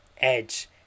edge